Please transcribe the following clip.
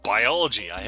Biology